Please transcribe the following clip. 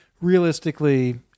realistically